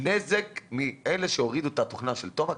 נזק לאלה שהורידו את התוכנה של תומקס,